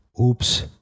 Oops